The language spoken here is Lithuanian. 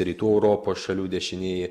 rytų europos šalių dešinieji